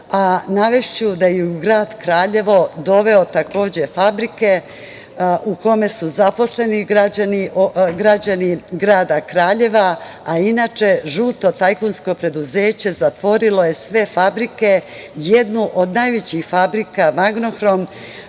navešću da je i u grad Kraljevo doveo takođe fabrike u kome su zaposleni građani grada Kraljeva, a inače žuto tajkunsko preduzeće zatvorilo je sve fabrike. Jednu od najvećih fabrika "Magnohrom",